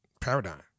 paradigm